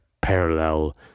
parallel